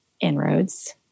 inroads